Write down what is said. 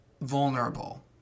vulnerable